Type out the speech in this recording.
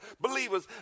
Believers